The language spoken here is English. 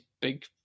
big